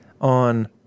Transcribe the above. on